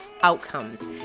outcomes